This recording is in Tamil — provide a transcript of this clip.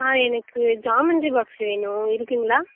ஆ எனக்கு ஜாமன்ட்ரி பாக்ஸ் வேணும் இருக்குங்குளா